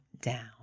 down